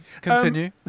continue